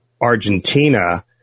Argentina